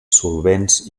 solvents